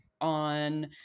on